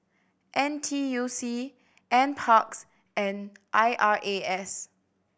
N T U C Nparks and I R A S